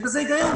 יש בזה היגיון,